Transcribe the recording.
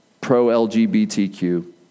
pro-LGBTQ